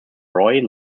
royal